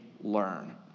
learn